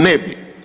Ne bi.